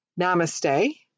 Namaste